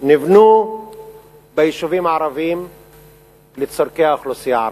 נבנה ביישובים הערביים לצורכי האוכלוסייה הערבית.